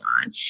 on